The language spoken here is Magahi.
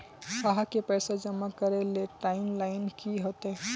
आहाँ के पैसा जमा करे ले टाइम लाइन की होते?